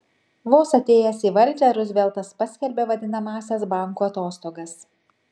vos atėjęs į valdžią ruzveltas paskelbė vadinamąsias bankų atostogas